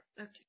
Okay